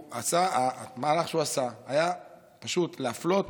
המהלך שהוא עשה היה פשוט להפלות